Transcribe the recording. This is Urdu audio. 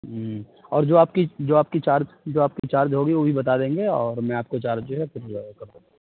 اور جو آپ کی جو آپ کی چارج جو آپ کی چارج ہوگی وہ بھی بتا دیں گے اور میں آپ کو چارج جو ہے پھر